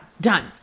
done